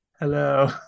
hello